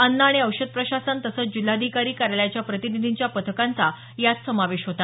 अन्न आणि औषध प्रशासन तसंच जिल्हाधिकारी कार्यालयाच्या प्रतिनिधींच्या पथकांचा यात समावेश होता